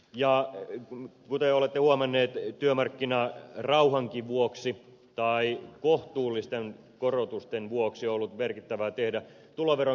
kuten olette jo huomanneet työmarkkinarauhankin vuoksi tai kohtuullisten korotusten vuoksi on ollut merkittävää tehdä tuloveronkevennyksiä